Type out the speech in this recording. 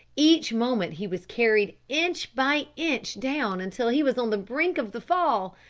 each moment he was carried inch by inch down until he was on the brink of the fall,